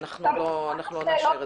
ואנחנו לא נאשר את זה.